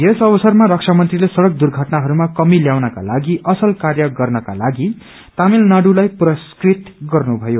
यस अवसरमा रक्षामन्त्रीते सड़क दुर्घटनाहरूमा कमी त्याउनका लागि असल कार्य गर्नका लागि तमिलनाइलाई पुरस्कृत गर्नुभयो